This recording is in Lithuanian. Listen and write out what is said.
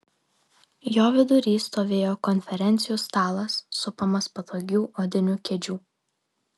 jo vidury stovėjo konferencijų stalas supamas patogių odinių kėdžių